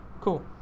cool